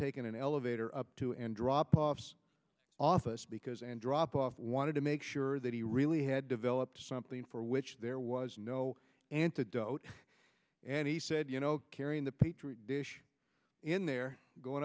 taking an elevator up to andropov's office because andropov wanted to make sure that he really had developed something for which there was no antidote and he said you know carrying the petri dish in there going